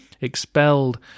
expelled